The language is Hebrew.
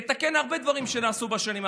לתקן הרבה דברים שנעשו בשנים האחרונות.